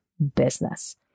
Business